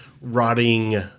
rotting